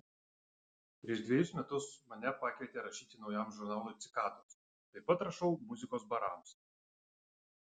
prieš dvejus metus mane pakvietė rašyti naujam žurnalui cikados taip pat rašau muzikos barams